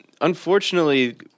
unfortunately